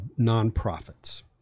nonprofits